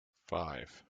five